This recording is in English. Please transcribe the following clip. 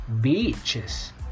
Beaches